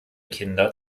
kinder